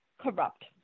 corrupt